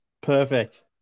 Perfect